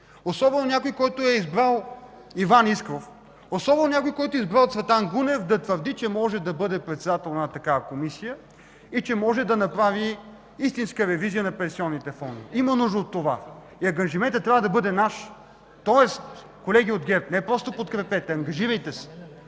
особено някой, който е избрал Иван Искров, особено някой, който е избрал Цветан Гунев, да твърди, че може да бъде председател на такава комисия и че може да направи истинска ревизия на пенсионните фондове. Има нужда от това и ангажиментът трябва да бъде наш. Тоест, колеги от ГЕРБ, не просто подкрепете, ангажирайте се.